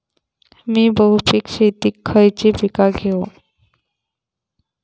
मी बहुपिक शेतीत खयली पीका घेव?